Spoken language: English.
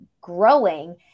growing